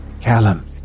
Callum